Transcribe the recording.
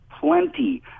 plenty